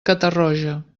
catarroja